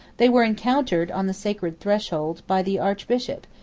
they were encountered, on the sacred threshold, by the archbishop,